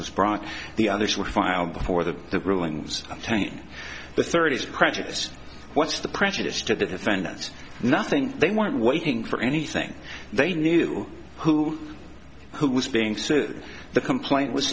was brought the others were filed before the rulings in the thirty's prejudice what's the prejudice to the defendants nothing they weren't waiting for anything they knew who who was being sued the complaint was